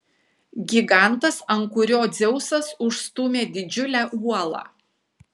gigantas ant kurio dzeusas užstūmė didžiulę uolą